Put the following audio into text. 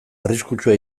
arriskutsua